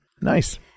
Nice